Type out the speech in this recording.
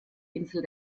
insel